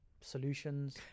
solutions